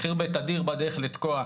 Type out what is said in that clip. בחירבת אדיר בדרך לתקוע,